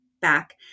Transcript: back